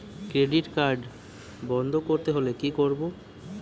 Credit card বন্ধ করতে হলে কি করব?